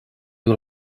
you